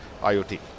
IOT